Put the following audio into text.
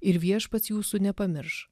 ir viešpats jūsų nepamirš